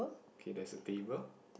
okay there's a table